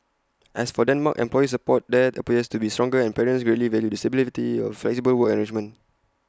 as for Denmark employer support there appears to be stronger and parents greatly value the availability of flexible work arrangements